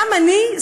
גם אני,